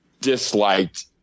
disliked